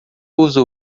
usa